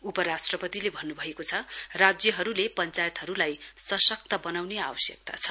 उपराष्ट्रपतिले भन्नुभएको छ राज्यहरूले पश्चायतहरूलाई सशक्त बनाउने आवश्यकता छ